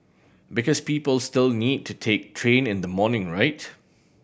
because people still need to take train in the morning right